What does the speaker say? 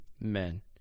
men